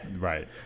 Right